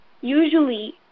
usually